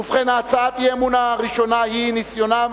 ובכן, הצעת אי-האמון הראשונה היא: ניסיונם,